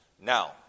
Now